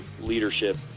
leadership